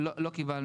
לא, לא קיבלנו.